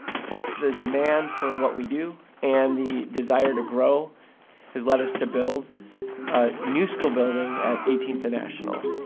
both the demand for what we do and the desire to grow has led us to build a new school building at eighteenth and national.